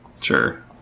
Sure